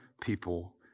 people